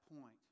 point